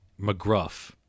McGruff